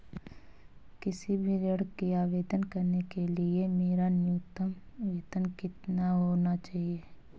किसी भी ऋण के आवेदन करने के लिए मेरा न्यूनतम वेतन कितना होना चाहिए?